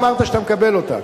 התקנה שאתה אמרת שאתה מקבל אותה.